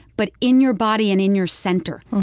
but in your body and in your center.